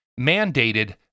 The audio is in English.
mandated